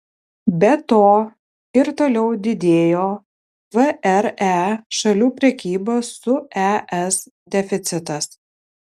be to ir toliau didėjo vre šalių prekybos su es deficitas